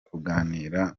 kuganira